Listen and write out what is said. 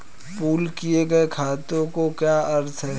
Pool किए गए खातों का क्या अर्थ है?